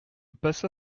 passa